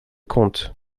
comptes